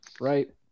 right